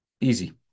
Easy